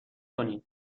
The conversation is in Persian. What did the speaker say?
کنید